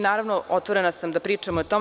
Naravno, otvorena sam da pričamo o tome.